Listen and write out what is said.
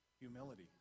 humility